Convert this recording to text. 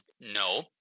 no